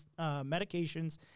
medications